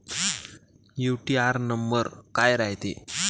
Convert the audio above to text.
UTR number काय रायते?